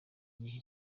gihe